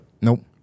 Nope